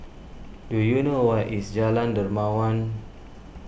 do you know where is Jalan Dermawan